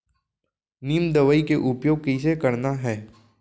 नीम दवई के उपयोग कइसे करना है?